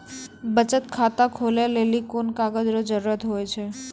बचत खाता खोलै लेली कोन कागज रो जरुरत हुवै छै?